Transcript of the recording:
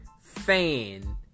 fan